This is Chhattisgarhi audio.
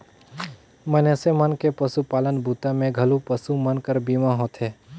मइनसे मन के पसुपालन बूता मे घलो पसु मन कर बीमा होथे